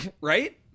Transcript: Right